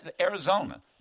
arizona